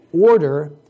order